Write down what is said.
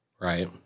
Right